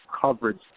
coverage